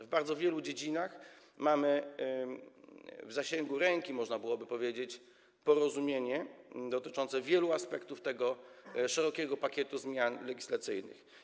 W bardzo wielu dziedzinach mamy w zasięgu ręki, można byłoby powiedzieć, porozumienie dotyczące wielu aspektów tego szerokiego pakietu zmian legislacyjnych.